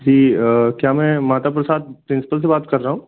जी क्या मैं माता प्रसाद प्रिंसिपल से बात कर रहा हूँ